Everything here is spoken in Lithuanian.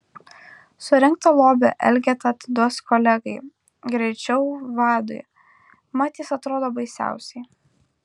surinktą lobį elgeta atiduos kolegai greičiau vadui mat jis atrodo baisiausiai